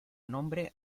nombre